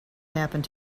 happened